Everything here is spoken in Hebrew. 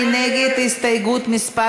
מי נגד הסתייגות מס'